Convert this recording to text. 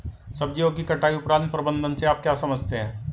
सब्जियों की कटाई उपरांत प्रबंधन से आप क्या समझते हैं?